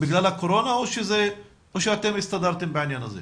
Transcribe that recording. זה בגלל הקורונה או שאתם הסתדרתם בעניין הזה?